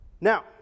Now